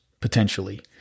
potentially